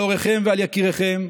על הוריכם ועל יקיריכם.